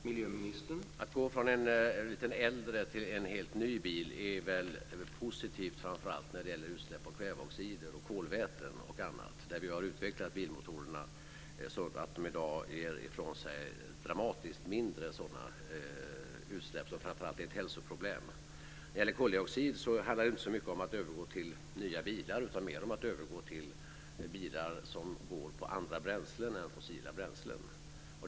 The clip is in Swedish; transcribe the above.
Herr talman! Att gå från en lite äldre bil till en helt ny är positivt framför allt när det gäller utsläpp av kväveoxider, kolväten och annat. Vi har utvecklat bilmotorerna så att de i dag ger ifrån sig dramatiskt mindre sådana utsläpp som framför allt är ett hälsoproblem. När det gäller koldioxid handlar det inte så mycket om att övergå till nya bilar utan mer om att övergå till bilar som går på andra bränslen än fossila bränslen.